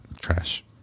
Trash